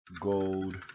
gold